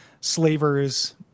slavers